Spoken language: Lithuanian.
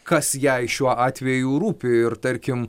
kas jai šiuo atveju rūpi ir tarkim